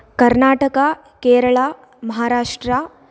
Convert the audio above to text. Karnataka Kerala Maharashtra